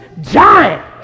giant